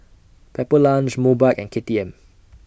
Pepper Lunch Mobike and K T M